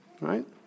right